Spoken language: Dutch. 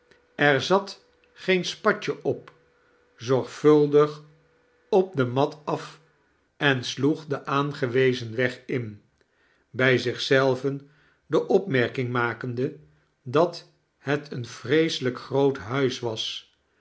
er zat geen spatje op zorgvroldig op de mat af en sloeg den aangewezen weg in bij zich zelven de opmerkiiig makende dat het een vreeselijk groot huis was